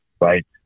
right